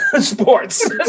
sports